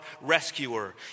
rescuer